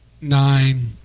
Nine